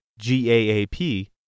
GAAP